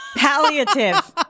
Palliative